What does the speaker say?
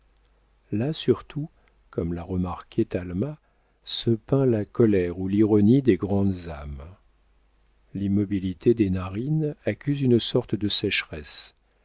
là surtout comme l'a remarqué talma se peint la colère ou l'ironie des grandes âmes l'immobilité des narines accuse une sorte de sécheresse